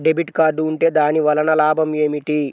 Debit card ఉంటే దాని వలన లాభం ఏమిటీ?